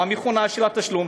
המכונה של התשלום,